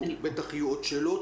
בטח יהיו עוד שאלות.